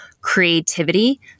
creativity